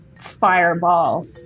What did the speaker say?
fireball